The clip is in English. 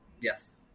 Yes